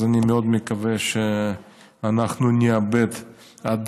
אז אני מאוד מקווה שאנחנו נעבד עד